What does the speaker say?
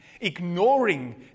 ignoring